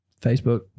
Facebook